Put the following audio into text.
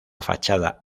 fachada